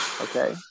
Okay